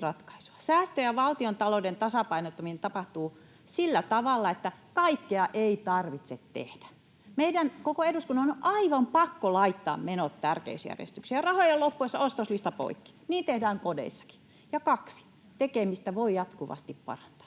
ratkaisua: 1) Säästö ja valtiontalouden tasapainottaminen tapahtuvat sillä tavalla, että kaikkea ei tarvitse tehdä. Meidän koko eduskunnan on aivan pakko laittaa menot tärkeysjärjestykseen ja rahojen loppuessa ostoslista poikki. Niin tehdään kodeissakin. Ja 2) Tekemistä voi jatkuvasti parantaa.